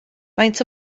faint